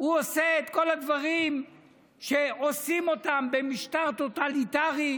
הוא עושה את כל הדברים שעושים אותם במשטר טוטליטרי,